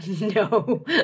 No